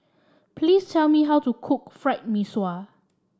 please tell me how to cook Fried Mee Sua